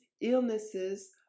illnesses